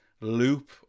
loop